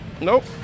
Nope